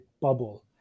bubble